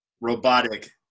robotic